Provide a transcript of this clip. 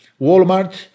Walmart